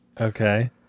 Okay